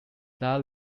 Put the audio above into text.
that